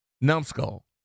numbskull